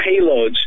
payloads